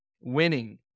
winning